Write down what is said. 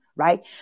right